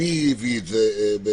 מי הביא את זה.